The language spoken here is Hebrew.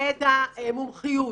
ידע, מומחיות.